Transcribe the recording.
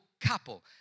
couple